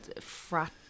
frat